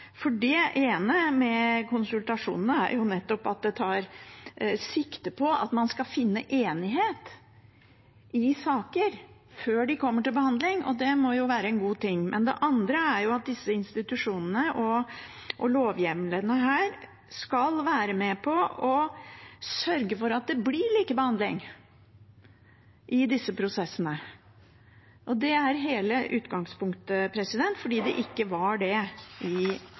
Det ene, når det gjelder konsultasjoner, er nettopp at det tar sikte på at man skal finne enighet i saker før de kommer til behandling, og det må jo være en god ting. Det andre er at disse institusjonene og lovhjemlene skal være med på å sørge for at det blir likebehandling i disse prosessene. Det er hele utgangspunktet, fordi det ikke har vært det